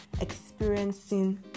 experiencing